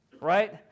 right